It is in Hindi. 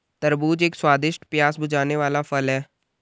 तरबूज एक स्वादिष्ट, प्यास बुझाने वाला फल है